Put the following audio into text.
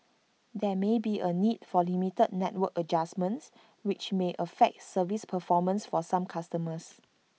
there may be A need for limited network adjustments which may affect service performance for some customers